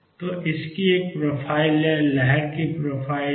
तो इसकी एक प्रोफ़ाइल है लहर की प्रोफ़ाइल है